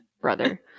brother